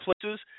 places